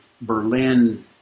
Berlin